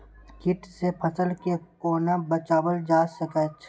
कीट से फसल के कोना बचावल जाय सकैछ?